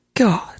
god